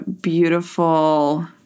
beautiful